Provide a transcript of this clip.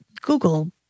Google